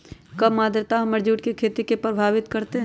कम आद्रता हमर जुट के खेती के प्रभावित कारतै?